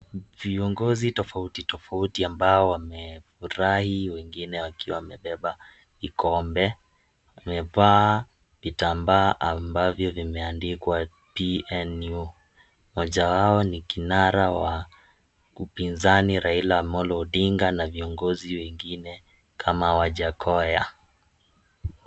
Viongozi tofautitofauti ambao wamefurahi wengine wakiwa wamebeba vikombe, wamevaa vitambaa ambavyo vimeandikwa (cs)PNU(cs) mmoja wao ni kinara wa upinzani, Raila Amolo Odinga na viongozi wengine kama Wajakoya.